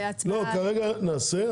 כרגע נעשה,